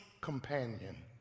companion